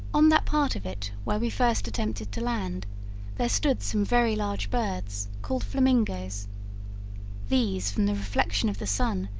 on that part of it where we first attempted to land there stood some very large birds, called flamingoes these, from the reflection of the sun,